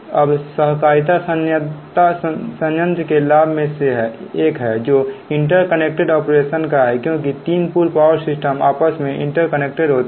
अब सहकारिता सहायता संयंत्र के लाभ में से एक है जो इंटरकनेक्टेड ऑपरेशन का है क्योंकि 3 पूल पावर सिस्टम आपस में इंटरकनेक्टेड होती हैं